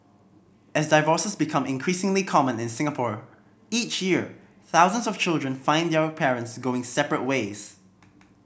as divorces become increasingly common in Singapore each year thousands of children find their parents going separate ways